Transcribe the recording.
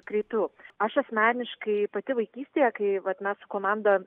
kreipiu aš asmeniškai pati vaikystėje kai vat mes su komanda